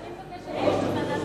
אני מבקשת להעביר לוועדת הכספים.